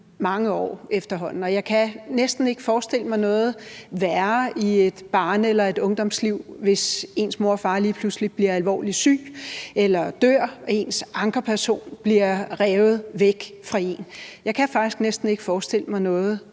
mange år efterhånden. Jeg kan næsten ikke forestille mig noget værre i et barne- eller ungdomsliv, end at ens mor eller far lige pludselig bliver alvorligt syg eller dør, så ens ankerperson bliver revet væk fra en. Jeg kan faktisk næsten ikke forestille mig noget